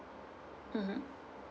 mmhmm